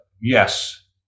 Yes